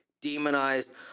demonized